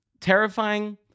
terrifying